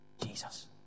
Jesus